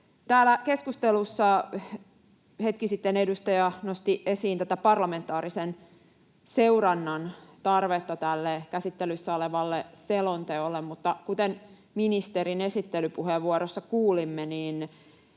keskustelussa hetki sitten edustaja nosti esiin tätä parlamentaarisen seurannan tarvetta tälle käsittelyssä olevalle selonteolle, mutta kuten ministerin esittelypuheenvuorossa kuulimme,